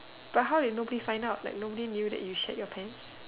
but how you nobody find out like nobody knew that you shit in your pants